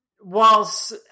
whilst